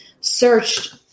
searched